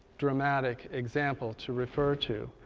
dramatic example to refer to.